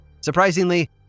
Surprisingly